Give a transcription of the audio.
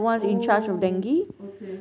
oh okay